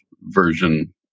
version